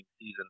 season